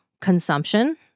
consumption